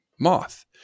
moth